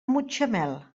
mutxamel